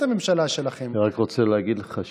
אריה, אני מסיימת תורנות ב-22:00.